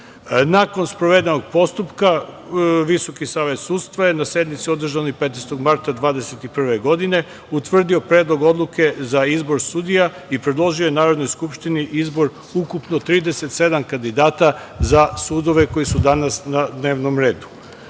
Nakon sprovedenog postupka Visoki savet sudstva je na sednici održanoj 15. marta 2021. godine utvrdio Predlog odluke za izbor sudija i predložio je Narodnoj skupštini izbor ukupno 37 kandidata za sudove koji su danas na dnevnom